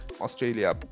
Australia